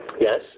Yes